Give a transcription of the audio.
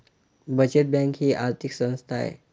बचत बँक ही आर्थिक संस्था आहे